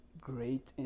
great